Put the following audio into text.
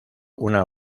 una